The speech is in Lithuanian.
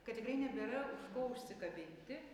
kad tikrai nebėra ko užsikabinti